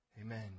Amen